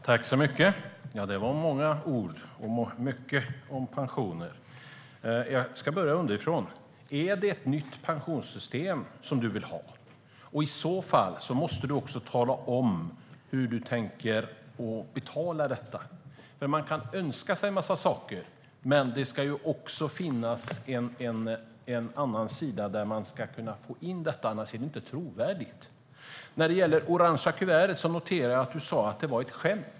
Herr talman! Det var många ord, och mycket om pensioner. Jag ska börja underifrån. Är det ett nytt pensionssystem som Karin Rågsjö vill ha? I så fall måste du också tala om hur du tänker betala detta. Man kan önska sig en massa saker, men det ska också finnas en annan sida där man ska kunna få in detta. Annars är det inte trovärdigt. När det gäller det orange kuvertet noterar jag att du sa att det var ett skämt.